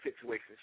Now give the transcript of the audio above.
situations